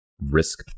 risk